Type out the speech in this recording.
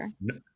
No